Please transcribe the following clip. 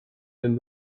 den